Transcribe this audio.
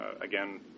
again